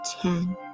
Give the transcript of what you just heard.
ten